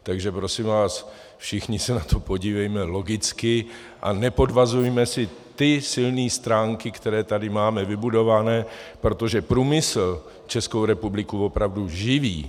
Takže prosím vás, všichni se na to podívejme logicky a nepodvazujme si ty silné stránky, které tady máme vybudované, protože průmysl Českou republiku opravdu živí.